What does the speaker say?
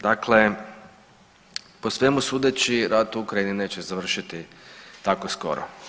Dakle, po svemu sudeći rat u Ukrajini neće završiti tako skoro.